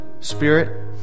spirit